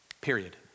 period